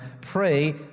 pray